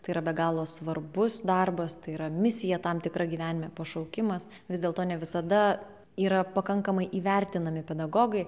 tai yra be galo svarbus darbas tai yra misija tam tikra gyvenime pašaukimas vis dėlto ne visada yra pakankamai įvertinami pedagogai